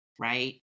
right